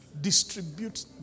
distribute